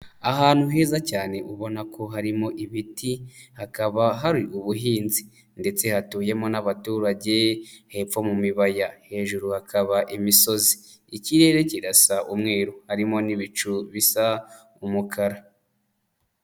Ahantu heza cyane ubona ko harimo ibiti, hakaba hari ubuhinzi ndetse hatuyemo n'abaturage hepfo mu bibaya hejuru hakaba imisozi ikirere kirasa umweru, harimo n'ibicu bisa umukara.